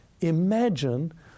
imagine